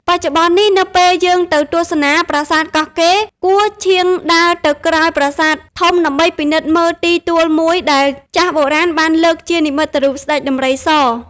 បច្ចុប្បន្ននេះ នៅពេលយើងទៅទស្សនា ប្រាសាទកោះកេរ គួរឆៀងដើរទៅក្រោយប្រាសាទធំដើម្បីពិនិត្យមើលទីទួលមួយ ដែលចាស់បុរាណបានលើកជានិមិត្តរូបស្តេចដំរីស។